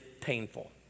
painful